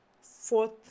fourth